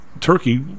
Turkey